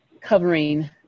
covering